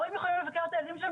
אני רוצה להודות למי שיושב פה.